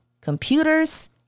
computers